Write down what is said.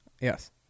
Yes